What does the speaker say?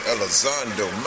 Elizondo